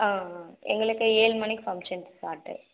ஆ ஆ எங்களுக்கு ஏழு மணிக்கு ஃபங்க்ஷன் ஸ்டார்ட்டு